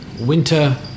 winter